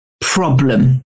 problem